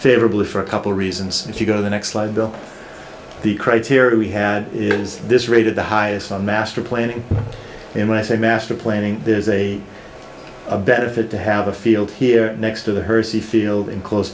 favorably for a couple reasons if you go to the next slide bill the criteria we had is this rated the highest on master planning and when i say master planning there's a benefit to have a field here next to the hersey field in close